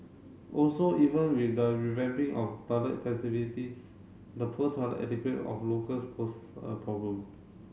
also even with the revamping of toilet facilities the poor toilet etiquette of locals pose a problem